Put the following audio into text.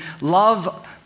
love